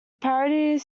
parody